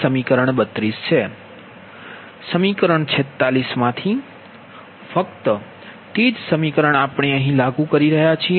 સમીકરણ 46 માંથી ફક્ત તે જ સમીકરણ આપણે અહીં લાગુ કરી રહ્યા છીએ